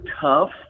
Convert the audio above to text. tough